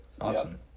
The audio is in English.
Awesome